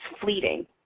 fleeting